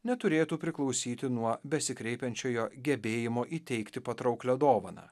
neturėtų priklausyti nuo besikreipiančiojo gebėjimo įteikti patrauklią dovaną